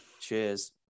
Cheers